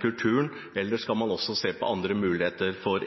kulturen, eller skal man også se på andre muligheter for